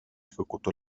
ejecutó